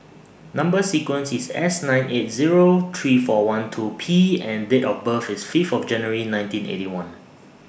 Number sequence IS S nine eight Zero three four one two P and Date of birth IS Fifth of January nineteen Eighty One